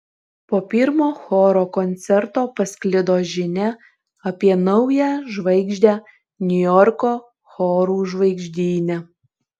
po pirmo choro koncerto pasklido žinia apie naują žvaigždę niujorko chorų žvaigždyne